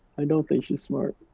i don't think she's smart.